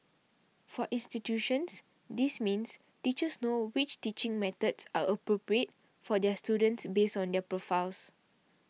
for institutions this means teachers know which teaching methods are appropriate for their students based on their profiles